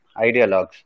ideologues